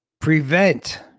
Prevent